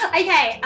okay